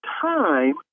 time